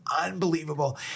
unbelievable